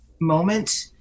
moment